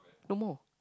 no more